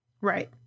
Right